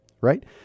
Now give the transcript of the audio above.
Right